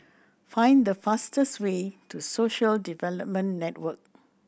find the fastest way to Social Development Network